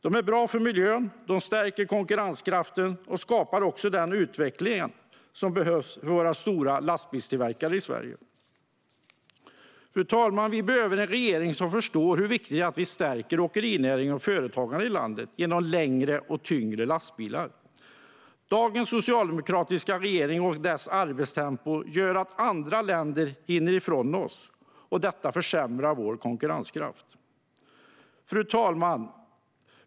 De är bra för miljön, stärker konkurrenskraften och skapar den utveckling som behövs för våra stora lastbilstillverkare i Sverige. Vi behöver en regering som förstår hur viktigt det är att vi stärker åkerinäringen och företagen i landet genom längre och tyngre lastbilar. Dagens socialdemokratiska regering och dess arbetstempo gör att andra länder hinner ifrån oss. Detta försämrar vår konkurrenskraft. Fru talman!